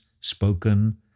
spoken